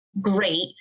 great